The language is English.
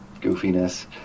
goofiness